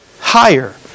higher